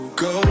go